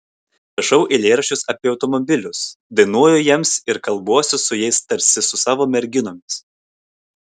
rašau eilėraščius apie automobilius dainuoju jiems ir kalbuosi su jais tarsi su savo merginomis